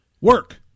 work